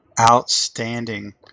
Outstanding